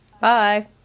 Bye